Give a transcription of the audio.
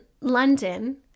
London